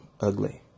Ugly